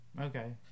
okay